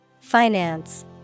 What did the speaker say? Finance